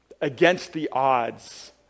against-the-odds